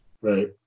Right